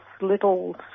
little